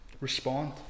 respond